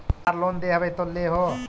सरकार लोन दे हबै तो ले हो?